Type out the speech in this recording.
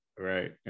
right